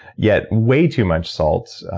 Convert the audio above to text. yet, way too much salt,